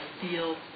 feel